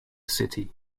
city